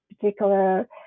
particular